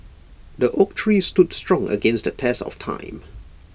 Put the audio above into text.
the oak tree stood strong against the test of time